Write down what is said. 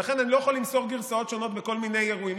ולכן אני לא יכול למסור גרסאות שונות בכל מיני אירועים,